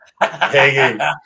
hanging